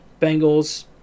Bengals